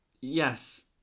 Yes